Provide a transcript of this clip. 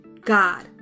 God